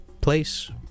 place